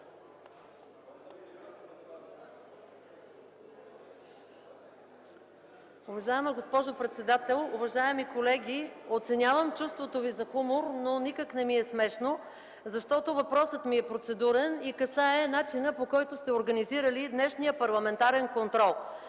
Уважаема госпожо председател, уважаеми колеги! Оценявам чувството ви за хумор, но никак не ми е смешно, защото въпросът ми е процедурен и касае начина, по който сте организирали днешния парламентарен контрол.